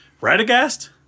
Radagast